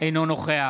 אינו נוכח